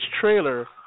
trailer